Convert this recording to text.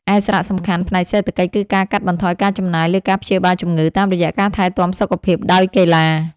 ឯសារៈសំខាន់ផ្នែកសេដ្ឋកិច្ច គឺការកាត់បន្ថយការចំណាយលើការព្យាបាលជំងឺ តាមរយៈការថែទាំសុខភាពដោយកីឡា។